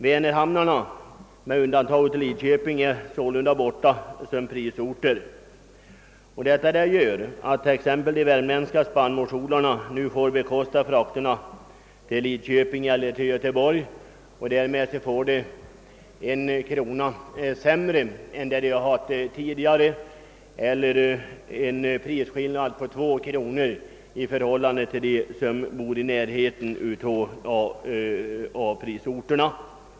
Vänerhamnarna med undantag av Lidköping är sålunda borta som prisorter. Detta gör att t.ex. de värmländska spannmålsodlarna nu får bekosta frakterna till Lidköping eller Göteborg, och därmed får de en krona mindre än de fått tidigare, vilket innebär en prisskillnad på två kronor jämfört med dem som bor i närheten av A-prisorterna.